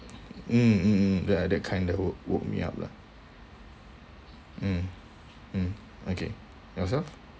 mm mm mm ya that kind of woke me up lah mm mm okay yourself